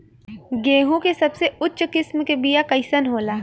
गेहूँ के सबसे उच्च किस्म के बीया कैसन होला?